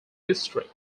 history